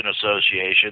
Association